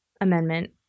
Amendment